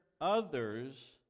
others